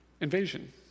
invasion